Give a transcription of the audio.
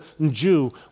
Jew